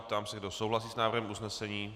Ptám se, kdo souhlasí s návrhem usnesení.